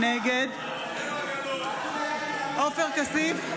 נגד עופר כסיף,